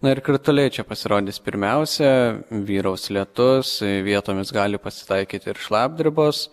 na ir krituliai čia pasirodys pirmiausia vyraus lietus tai vietomis gali pasitaikyti ir šlapdribos